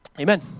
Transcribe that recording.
Amen